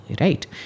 right